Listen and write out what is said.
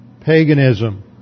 paganism